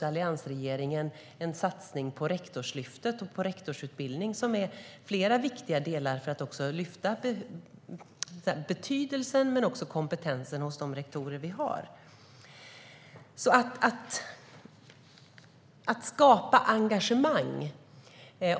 Alliansregeringen genomförde en satsning på Rektorslyftet och på rektorsutbildning, vilket också är viktigt för att lyfta betydelsen men också kompetensen hos de rektorer som vi har.